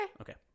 Okay